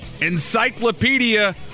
Encyclopedia